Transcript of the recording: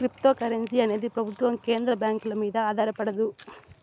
cryptocurrency అనేది ప్రభుత్వం కేంద్ర బ్యాంకుల మీద ఆధారపడదు